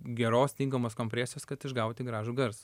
geros tinkamos kompresijos kad išgauti gražų garsą